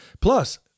Plus